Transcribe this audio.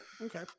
Okay